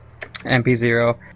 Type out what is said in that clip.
MP0